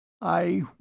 I